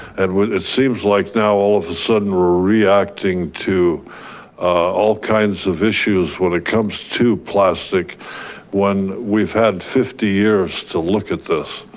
and it seems like now all of a sudden we're reacting to all kinds of issues when it comes to plastic when we've had fifty years to look at this.